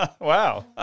Wow